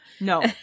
no